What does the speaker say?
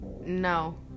No